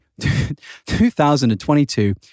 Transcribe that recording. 2022